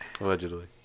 Allegedly